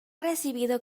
recibido